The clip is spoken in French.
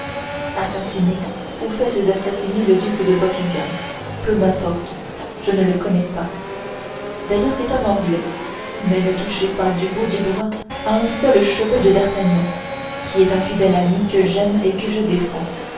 assassinez ou faites assassiner le duc de buckingham peu m'importe je ne le connais pas d'ailleurs c'est un anglais mais ne touchez pas du bout du doigt à un seul cheveu de d'artagnan qui est un fidèle ami que j'aime et que je défends